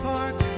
Park